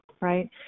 Right